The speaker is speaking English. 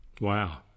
wow